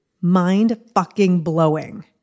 mind-fucking-blowing